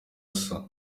asa